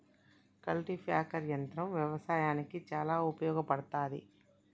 cultipacker యంత్రం వ్యవసాయానికి చాలా ఉపయోగపడ్తది